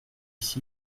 ici